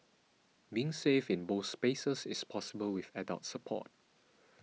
being safe in both spaces is possible with adult support